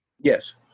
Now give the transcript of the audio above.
Yes